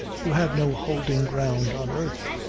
you have no holding ground on earth.